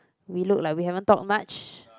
we look like we haven't talk much